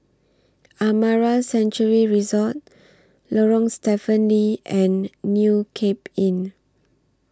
Amara Sanctuary Resort Lorong Stephen Lee and New Cape Inn